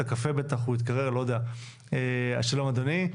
שלום אדוני,